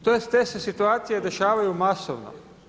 Te se situacije dešavaju masovno.